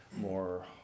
more